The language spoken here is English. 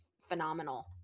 phenomenal